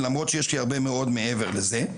למרות שיש לי הרבה מאוד מעבר לזה.